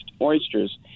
oysters